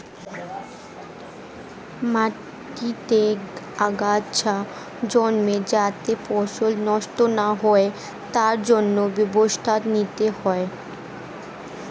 মাটিতে আগাছা জন্মে যাতে ফসল নষ্ট না হয় তার জন্য ব্যবস্থা নিতে হয়